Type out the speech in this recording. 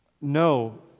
No